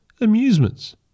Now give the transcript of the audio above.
amusements